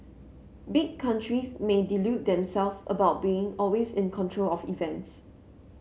big countries may delude themselves about being always in control of events